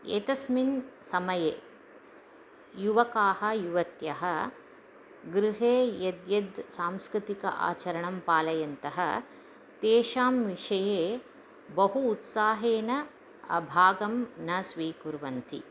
एतस्मिन् समये युवकाः युवत्यः गृहे यद्यद् सांस्कृतिक आचरणं पालयन्तः तेषां विषये बहु उत्साहेन भागं न स्वीकुर्वन्ति